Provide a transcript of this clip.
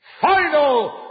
final